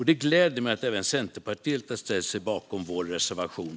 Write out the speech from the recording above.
Det gläder mig att även Centerpartiet har ställt sig bakom vår reservation.